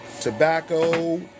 Tobacco